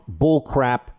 bullcrap